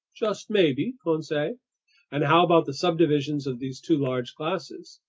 just maybe, conseil. and how about the subdivisions of these two large classes?